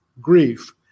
grief